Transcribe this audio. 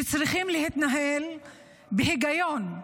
שצריכים להתנהל בהיגיון.